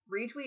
retweet